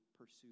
pursue